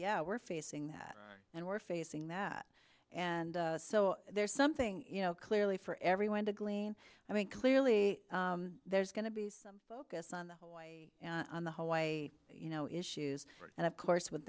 yeah we're facing that and we're facing that and so there's something you know clearly for everyone to glean i mean clearly there's going to be some focus on the hawaii on the hawaii you know issues and of course with